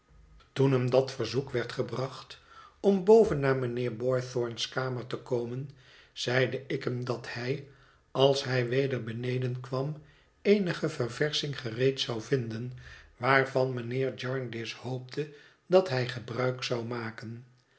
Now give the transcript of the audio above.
toen hem het verzoek werd gebracht om boven naar mijnheer boythorn's kamer te komen zeide ik hem dat hij als hij weder beneden kwam eenige verversching gereed zou vinden waarvan mijnheer jarndyce hoopte dat hij gebruik zou maken